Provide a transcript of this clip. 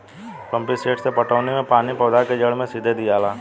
pump set से पटौनी मे पानी पौधा के जड़ मे सीधे दियाला